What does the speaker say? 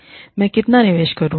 मैं कितना निवेश करूँ